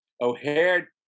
O'Hare